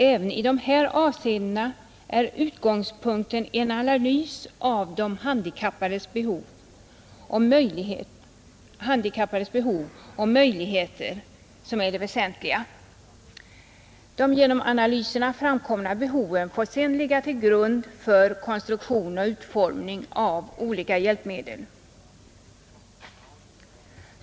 Även i dessa avseenden är utgångspunkten och det väsentliga en analys av de handikappades behov och möjligheter. De genom analyserna framkomna behoven får sedan ligga till grund för konstruktion och utformning av olika hjälpmedel.